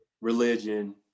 religion